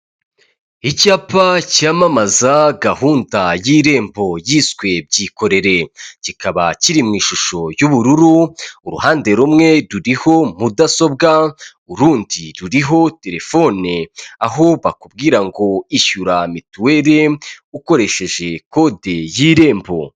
Icyapa cy’amamaza gahunda y'irembo yiswe “byikorere” kikaba kiri mw’ishusho y'ubururu, uruhande rumwe ruriho mudasobwa urundi ruriho telefone, aho bakubwira ngo ishyura mituweli ukoresheje kode y'irembo.